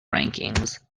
rankings